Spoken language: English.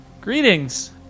Greetings